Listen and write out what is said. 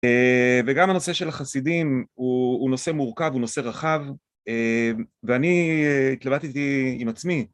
וגם הנושא של החסידים הוא נושא מורכב, הוא נושא רחב ואני התלבטתי עם עצמי